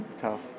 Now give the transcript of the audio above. Tough